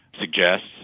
suggests